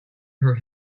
her